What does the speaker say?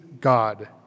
God